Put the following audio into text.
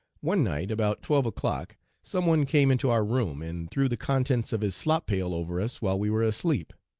one night about twelve o'clock some one came into our room, and threw the contents of his slop-pail over us while we were asleep.